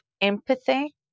empathy